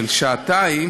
של שעתיים,